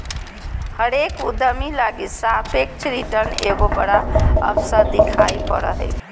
हरेक उद्यमी लगी सापेक्ष रिटर्न एगो बड़ा अवसर दिखाई पड़ा हइ